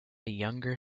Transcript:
younger